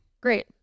Great